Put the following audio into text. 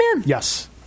Yes